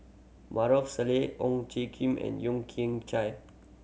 Maarof Salleh Ong J Kim and Yeo Kian Chye